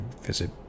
visit